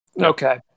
Okay